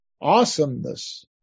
awesomeness